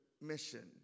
mission